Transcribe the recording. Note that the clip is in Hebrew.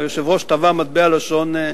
היושב-ראש טבע מטבע לשון.